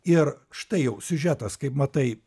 ir štai jau siužetas kaip matai